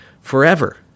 forever